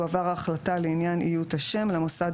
תועבר ההחלטה לעניין איות השם למוסד